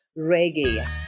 reggae